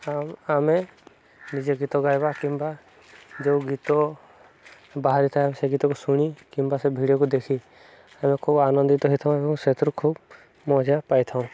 ଆଉ ଆମେ ନିଜେ ଗୀତ ଗାଇବା କିମ୍ବା ଯେଉଁ ଗୀତ ବାହାରିଥାଏ ସେ ଗୀତକୁ ଶୁଣି କିମ୍ବା ସେ ଭିଡ଼ିଓକୁ ଦେଖି ଆମେ ଖୁବ ଆନନ୍ଦିତ ହେଇଥାଉଁ ଏବଂ ସେଥିରୁ ଖୁବ ମଜା ପାଇଥାଉଁ